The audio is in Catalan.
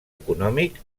econòmic